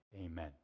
Amen